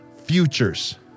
futures